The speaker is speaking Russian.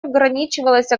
ограничивалось